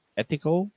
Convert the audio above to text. ethical